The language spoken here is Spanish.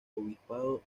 obispado